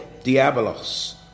Diabolos